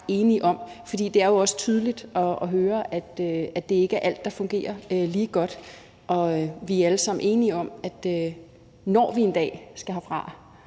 også tydeligt at høre, at det ikke er alt, der fungerer lige godt, og vi er alle sammen enige om, at når vi en dag skal herfra,